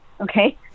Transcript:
okay